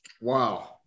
Wow